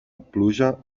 pluja